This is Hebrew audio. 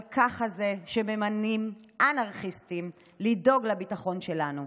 אבל ככה זה כשממנים אנרכיסטים לדאוג לביטחון שלנו.